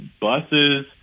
buses